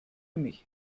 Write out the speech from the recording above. mich